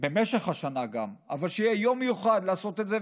גם במשך השנה, אבל שיהיה יום מיוחד לעשות את זה.